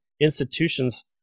institutions